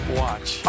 watch